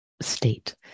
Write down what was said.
state